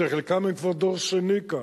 שחלקם הם כבר דור שני כאן.